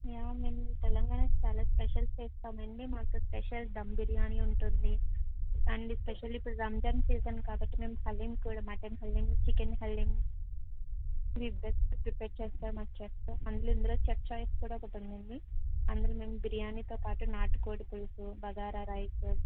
yeah ma'am Telangana చాలా specials చేస్తాం అండి మా స్పెషల్ దమ్ బిర్యానీ ఉంటుంది అండ్ స్పెషల్ ఇప్పుడు రంజాన్ సీజన్ కాబట్టి మేము హలీమ్ కూడా mutton haleem chicken haleem the best prepare చేస్తారు మా చెఫ్ అందులో ఇందులో చెఫ్ ఛాయిస్ కూడా ఒకటి ఉంది అందులో మేము బిరియానీతో పాటు నాటుకోడి పులుసు బాగారా రైస్